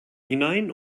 hinein